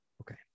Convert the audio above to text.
Okay